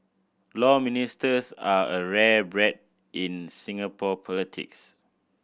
Law Ministers are a rare breed in Singapore politics